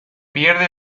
pierde